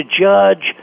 judge